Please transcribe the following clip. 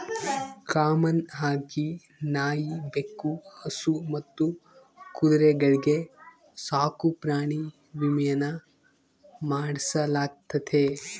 common ಆಗಿ ನಾಯಿ, ಬೆಕ್ಕು, ಹಸು ಮತ್ತು ಕುದುರೆಗಳ್ಗೆ ಸಾಕುಪ್ರಾಣಿ ವಿಮೇನ ಮಾಡಿಸಲಾಗ್ತತೆ